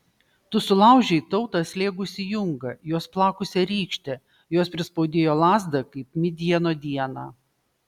tu sulaužei tautą slėgusį jungą juos plakusią rykštę jos prispaudėjo lazdą kaip midjano dieną